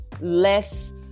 less